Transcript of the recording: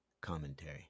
commentary